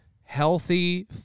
healthy